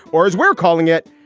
or, as we're calling it,